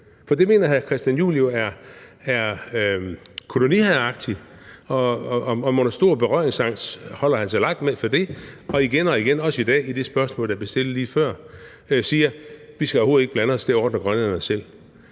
for det mener hr. Christian Juhl er koloniherreagtigt. Og med stor berøringsangst holder han sig langt væk fra det igen og igen – også i dag i det spørgsmål, der blev stillet lige før – og siger: Vi skal overhovedet ikke blande os, det ordner grønlænderne selv.